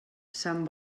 sant